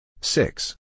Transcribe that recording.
Six